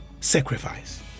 sacrifice